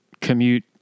commute